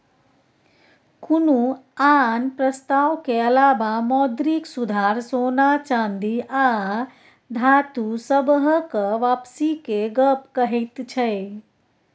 कुनु आन प्रस्ताव के अलावा मौद्रिक सुधार सोना चांदी आ धातु सबहक वापसी के गप कहैत छै